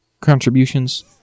contributions